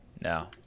No